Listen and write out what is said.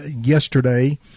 yesterday